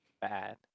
Bad